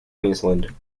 queensland